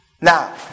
Now